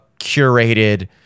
curated